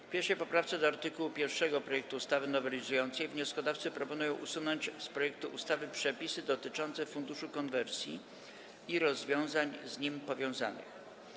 W 1. poprawce do art. 1 projektu ustawy nowelizującej wnioskodawcy proponują usunąć z projektu ustawy przepisy dotyczące Funduszu Konwersji i rozwiązań z nim powiązanych.